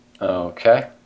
Okay